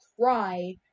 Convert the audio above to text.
cry